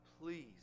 please